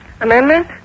amendment